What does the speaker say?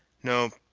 no,